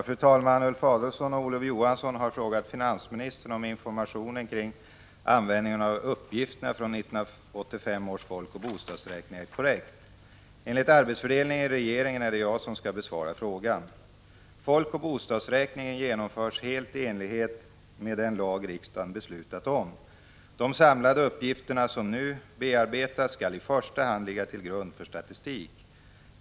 Fru talman! Ulf Adelsohn och Olof Johansson har frågat finansministern om informationen kring användningen av uppgifterna från 1985 års folkoch bostadsräkning är korrekt. Enligt arbetsfördelningen i regeringen är det jag som skall besvara frågan. De insamlade uppgifterna som nu bearbetas skall i första hand ligga till grund för statistik.